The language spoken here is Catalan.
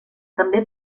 també